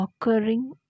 occurring